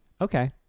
Okay